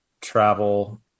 travel